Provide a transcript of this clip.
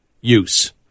use